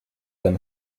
than